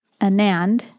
Anand